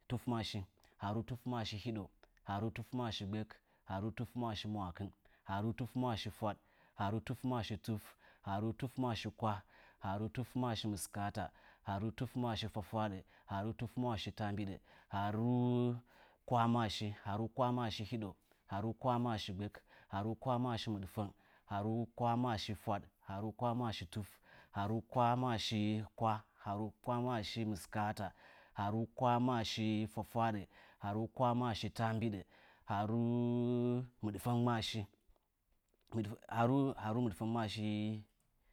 Tufmaashi ghaaru tufmaashi hiɗou ghaaru tufmaashi mwaakɨn ghaaru tufmaashi fwaɗ ghaaru tufmaashi tuf ghaaru tufmaashi kwah ghaaru tufmaashi mɨskaata ghaaru tufmaashi fwafwaaɗə ghaaru tufmaashi. taambiɗə ghaaru kwahmaashi ghaaru kwahmaashi hiɗou ghaaru kwahmaashi gbək ghaaru kwahmaashi mwaakɨn ghaaru kwahmaashi fwaɗ ghaaru kwahmaashi tuf ghaaru kwahmaashi kwah ghaaru kwahmaashi mɨskaata ghaaru kwahmaashi fwafwaaɗə ghaaru kwahmaashi taambiɗə ghaaru mɨɗfəngmaashi ghaaru ghaan mɨdfənga maashi